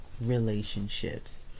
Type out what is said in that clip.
relationships